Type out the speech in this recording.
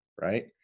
right